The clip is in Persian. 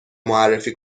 معرفی